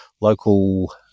local